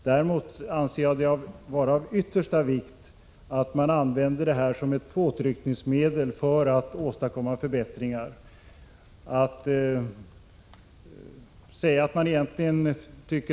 Däremot anser jag det vara av yttersta vikt att man använder detta som ett påtryckningsmedel för att åstadkomma förbättringar.